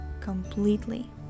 completely